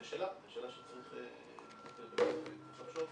זו שאלה שצריך לטפל בה, אין ספק,